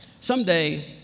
Someday